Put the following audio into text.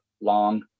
long